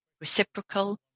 reciprocal